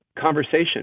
conversation